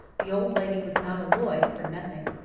the old lady was not a lloyd for nothing.